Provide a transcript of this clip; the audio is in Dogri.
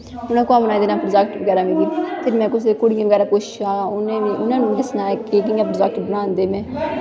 उनैं कदूं बनाई देना हा मिगी प्रोजैक्ट बगैरा फिर में कुसे कुड़ियें बगैरा गी पुछेआ उनें सनाया कियां कियां प्रोजैक्ट बनांदे